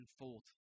unfold